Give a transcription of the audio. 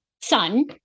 son